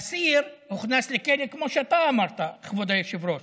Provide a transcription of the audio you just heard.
אסיר הוכנס לחדר, כמו שאתה אמרת, כבוד היושב-ראש,